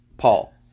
Paul